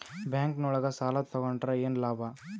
Bank ನೊಳಗ ಸಾಲ ತಗೊಂಡ್ರ ಏನು ಲಾಭ?